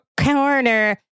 corner